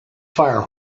fire